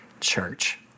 church